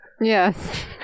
Yes